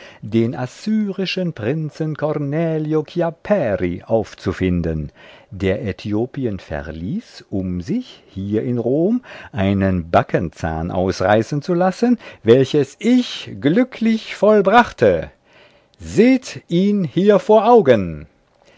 den assyrischen prinzen cornelio chiapperi aufzufinden der äthiopien verließ um sich hier in rom einen backzahn ausreißen zu lassen welches ich glücklich vollbrachte seht ihn hier vor augen